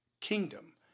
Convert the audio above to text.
kingdom